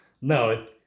no